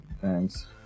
Thanks